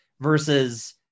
versus